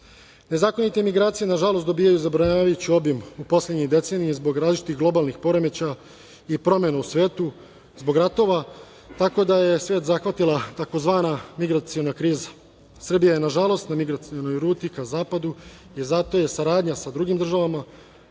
zemljom. Nezakonite migracije, nažalost, dobijaju zabrinjavajući obim u poslednjoj deceniji zbog različitih globalnih poremećaja i promena u svetu, zbog ratova, tako da je svet zahvatila tzv. migraciona kriza. Srbija je, nažalost, na migracionoj ruti ka zapadu i zato je saradnja sa drugim državama